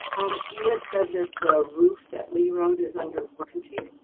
um you had said that the roof at lee road is under warranty,